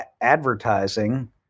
advertising